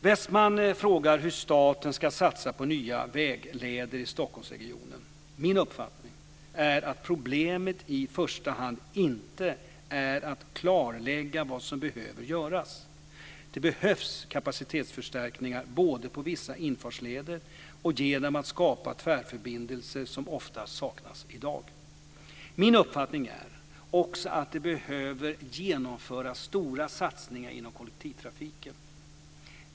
Westman frågar hur staten ska satsa på nya vägleder i Stockholmsregionen. Min uppfattning är att problemet i första hand inte är att klarlägga vad som behöver göras. Det behövs kapacitetsförstärkningar både på vissa infartsleder och genom att skapa tvärförbindelser som ofta saknas i dag. Min uppfattning är också att det behöver genomföras stora satsningar inom kollektivtrafiken.